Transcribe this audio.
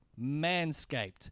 Manscaped